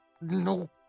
no